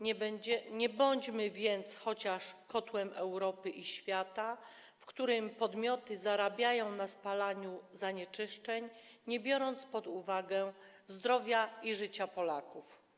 Nie bądźmy więc chociaż kotłem Europy i świata, w którym podmioty zarabiają na spalaniu zanieczyszczeń, nie biorąc pod uwagę zdrowia ani życia Polaków.